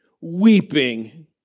weeping